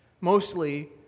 mostly